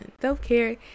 Self-care